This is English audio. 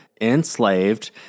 enslaved